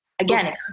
Again